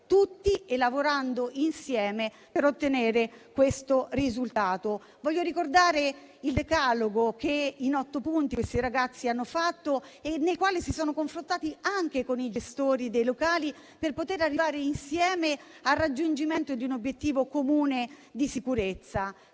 tutti e lavorando insieme per ottenere questo risultato. Voglio ricordare il decalogo di otto punti stilato da questi ragazzi, che si sono confrontati anche con i gestori dei locali per poter arrivare insieme al raggiungimento di un obiettivo comune di sicurezza.